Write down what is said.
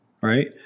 right